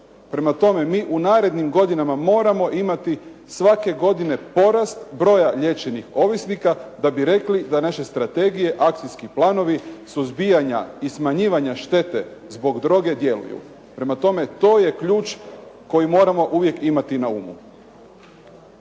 Prema tome, mi u narednom godinama moramo imati svake godine porast broja liječenih ovisnika da bi rekli da naše strategije, akcijski planovi, suzbijanja i smanjivanja štete zbog droge djeluju. Prema tome, to je ključ koji moramo uvijek imati na umu.